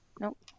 nope